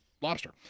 lobster